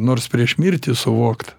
nors prieš mirtį suvokt